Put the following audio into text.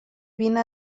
vine